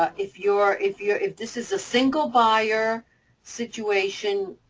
ah if your if your if this is a single buyer situation,